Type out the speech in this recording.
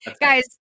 guys